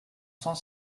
cent